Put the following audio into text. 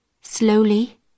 Slowly